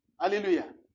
Hallelujah